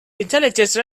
intelligence